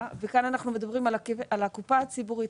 - וכאן אנחנו מדברים על הקופה הציבורית,